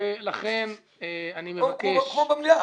כמו במליאה.